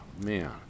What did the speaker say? man